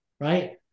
Right